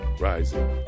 Rising